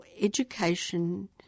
education